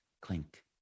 clink